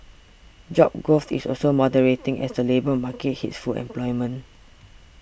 job growth is also moderating as the labour market hits full employment